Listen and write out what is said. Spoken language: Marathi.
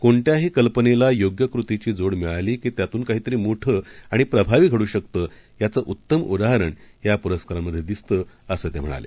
कोणत्याहीकल्पनेलायोग्यकृतीचीजोडमिळालीकीत्यातूनकाहीतरीमोठंआणिप्रभावीघडूशकतं याचंउत्तमउदाहरणयापुरस्कारांमधेदिसतंअसंतेम्हणाले